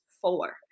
four